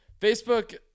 Facebook